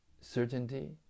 Certainty